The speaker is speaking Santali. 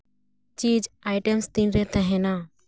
ᱡᱤᱡᱽ ᱟᱭᱴᱮᱢᱥ ᱛᱤᱱᱨᱮ ᱛᱮᱦᱮᱱᱟ